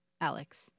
Alex